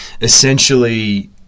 essentially